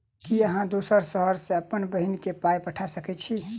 की अहाँ दोसर शहर सँ अप्पन बहिन केँ पाई पठा सकैत छी?